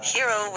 Hero